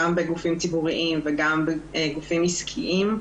גם בגופים ציבוריים וגם בגופים עסקיים.